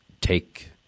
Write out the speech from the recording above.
take